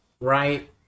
right